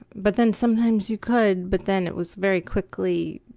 but then sometimes you could, but then it was very quickly,